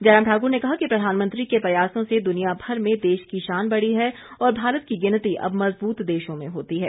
जयराम ठाकुर ने कहा कि प्रधानमंत्री के प्रयासों से दुनिया भर में देश की शान बढ़ी है और भारत की गिनती अब मजबूत देशों में होती है